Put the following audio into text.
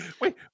Wait